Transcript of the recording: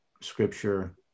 Scripture